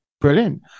brilliant